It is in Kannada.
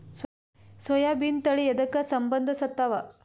ಸೋಯಾಬಿನ ತಳಿ ಎದಕ ಸಂಭಂದಸತ್ತಾವ?